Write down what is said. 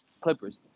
Clippers